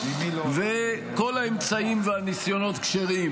וכל האמצעים והניסיונות כשרים,